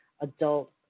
adult